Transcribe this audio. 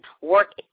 work